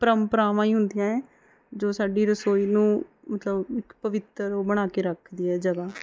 ਪਰੰਪਰਾਵਾਂ ਹੀ ਹੁੰਦੀਆਂ ਹੈ ਜੋ ਸਾਡੀ ਰਸੋਈ ਨੂੰ ਮਤਲਬ ਇੱਕ ਪਵਿੱਤਰ ਉਹ ਬਣਾ ਕੇ ਰੱਖਦੀ ਹੈ ਜਗ੍ਹਾ